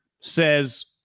says